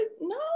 no